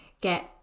get